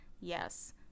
Yes